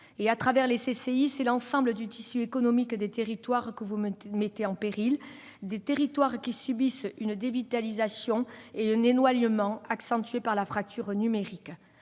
À travers les CCI, c'est l'ensemble du tissu économique des territoires que vous mettez en péril, des territoires qui subissent une dévitalisation et un éloignement accentués par la fracture numérique.